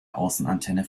außenantenne